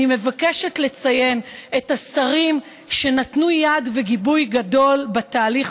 אני מבקשת לציין את השרים שנתנו יד וגיבוי גדול לתהליך